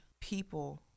people